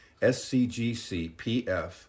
scgcpf